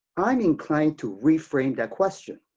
i'm inclined to reframe that question.